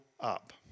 up